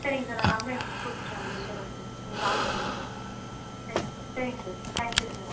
சரிங்க சார் நான் கம்ப்ளைண்ட் கொடுத்துட்டு நான் வந்துடுறேன் சார் ம் கால் பண்ணுங்க சரிங்க சரிங்க சார் தேங்க் யூ சார்